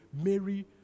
Mary